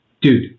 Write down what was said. dude